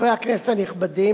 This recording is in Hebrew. חברי הכנסת הנכבדים,